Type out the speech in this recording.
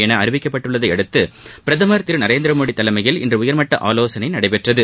என அறிவிக்கப்பட்டுள்ளதையடுத்து பிரதமர் திரு நரேந்திரமோடி தலைமையில் இன்று உயர்மட்ட ஆலோசனை நடைபெற்றது